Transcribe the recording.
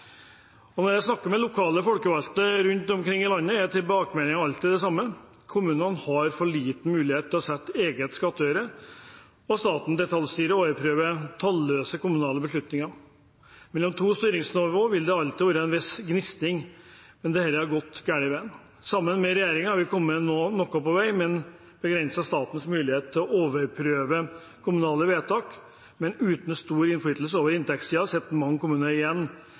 Når jeg snakker med lokale folkevalgte rundt i landet, er tilbakemeldingen alltid det samme: Kommunene har for liten mulighet til å sette egen skattøre, og staten detaljstyrer og overprøver talløse kommunale beslutninger. Mellom to styringsnivå vil det alltid være en viss gnisning, men dette har gått den gale veien. Sammen med regjeringen har vi nå kommet noe på vei ved å begrense statens mulighet til å overprøve kommunale vedtak, men uten stor innflytelse over inntektssiden sitter mange kommuner igjen